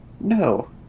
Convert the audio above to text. No